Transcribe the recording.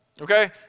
Okay